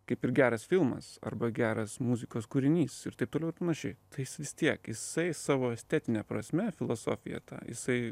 kaip ir geras filmas arba geras muzikos kūrinys ir taip toliau ir panašiai tai jis vis tiek jisai savo estetine prasme filosofija ta jisai